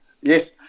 yes